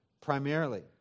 primarily